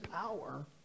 power